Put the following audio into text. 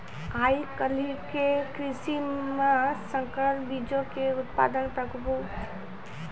आइ काल्हि के कृषि मे संकर बीजो के उत्पादन प्रमुख छै